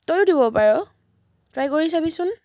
তইও দিব পাৰ ট্ৰাই কৰি চাবিচোন